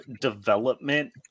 development